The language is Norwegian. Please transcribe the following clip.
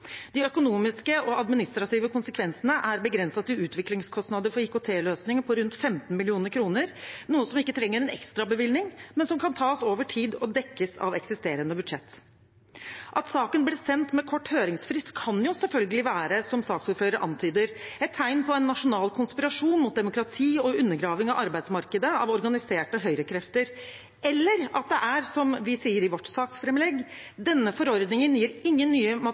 De økonomiske og administrative konsekvensene er begrenset til utviklingskostnader for IKT-løsninger på rundt 15 mill. kr, noe som ikke trenger en ekstrabevilgning, men som kan tas over tid og dekkes av eksisterende budsjett. At saken ble sendt med kort høringsfrist, kan selvfølgelig være – som saksordføreren antyder – et tegn på en nasjonal konspirasjon mot demokrati og undergraving av arbeidsmarkedet gjort av organiserte høyrekrefter. Eller: Det er slik som vi sier i vårt saksframlegg, at denne forordningen gir ingen nye